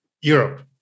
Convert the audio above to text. Europe